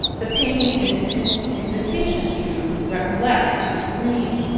the painting is a invitation to recollect, to dream,